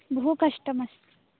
बहु कष्टम् अस्ति